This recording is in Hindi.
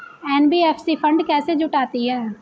एन.बी.एफ.सी फंड कैसे जुटाती है?